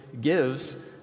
gives